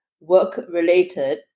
work-related